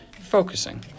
focusing